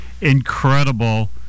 incredible